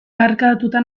kargatuta